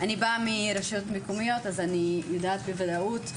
אני באה מהרשויות המקומיות, אז אני יודעת בוודאות.